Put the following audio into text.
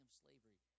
slavery